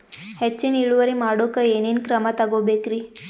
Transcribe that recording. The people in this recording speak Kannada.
ಹೆಚ್ಚಿನ್ ಇಳುವರಿ ಮಾಡೋಕ್ ಏನ್ ಏನ್ ಕ್ರಮ ತೇಗೋಬೇಕ್ರಿ?